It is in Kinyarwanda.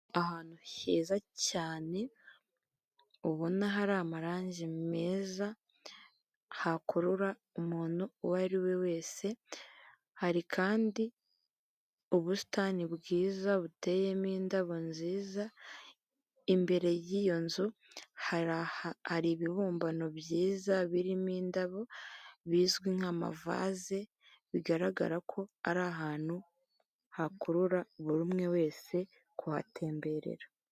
Ahantu heza cyane ubona hari amarangi meza, hakurura umuntu uwo ari we wese, hari kandi ubusitani bwiza buteyemo indabyo nziza, imbere y'iyo nzu hari hari ibibumbano byiza birimo indabo bizwi nk'amavasz, bigaragara ko ari ahantu hakurura buri umwe wese kuhatemberera.